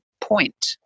point